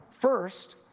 First